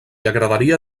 agradaria